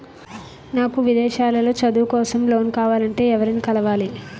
నాకు విదేశాలలో చదువు కోసం లోన్ కావాలంటే ఎవరిని కలవాలి?